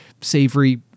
savory